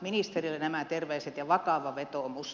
ministerille nämä terveiset ja vakava vetoomus